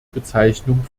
bezeichnung